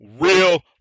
real